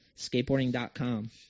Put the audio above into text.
skateboarding.com